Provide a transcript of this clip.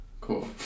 Cool